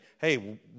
hey